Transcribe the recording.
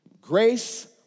Grace